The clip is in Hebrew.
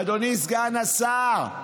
אדוני סגן השר,